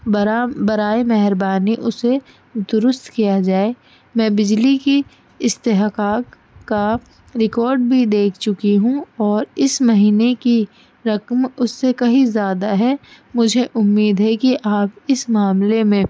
بر برائے مہربانی اسے درست کیا جائے میں بجلی کی استحقات کا ریکارڈ بھی دیکھ چکی ہوں اور اس مہینے کی رقم اس سے کہی زیادہ ہے مجھے امید ہے کہ آپ اس معاملے میں